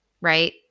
Right